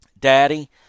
Daddy